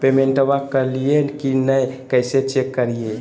पेमेंटबा कलिए की नय, कैसे चेक करिए?